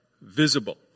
visible